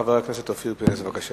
חבר הכנסת אופיר פינס-פז, בבקשה.